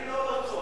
אני לא בטוח.